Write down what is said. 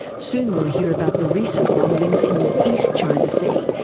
soon we'll hear about the recent rumblings in the east china sea,